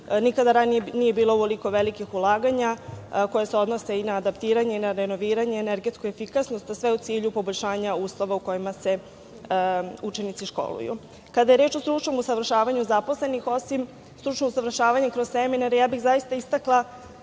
nikada ranije nije bilo ovoliko velikih ulaganja koja se odnose i na adaptiranje i na renoviranje i na energetsku efikasnost, a sve u cilju poboljšanja uslova u kojima se učenici školuju. Kada je reč o stručnom usavršavanju zaposlenih, osim stručnog usavršavanja kroz seminare, zaista bih istakla,